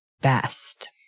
best